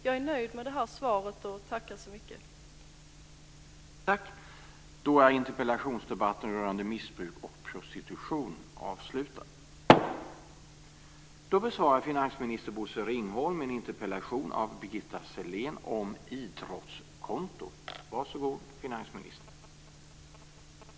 Jag är nöjd med svaret och tackar så mycket för det.